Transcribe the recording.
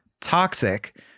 toxic